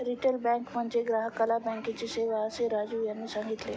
retail bank म्हणजे ग्राहकाला बँकेची सेवा, असे राजीव यांनी सांगितले